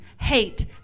Hate